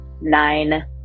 nine